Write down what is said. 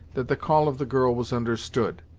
that the call of the girl was understood.